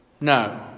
No